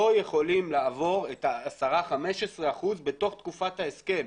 לא יכולים לעבור את 15-10 אחוזים בתוך תקופת ההסכם.